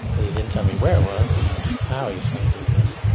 and he didn't tell me where it was and how he was going to do this.